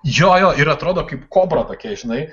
jo jo ir atrodo kaip kobra tokia žinai